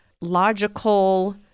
logical